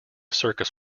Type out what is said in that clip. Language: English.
circus